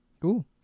cool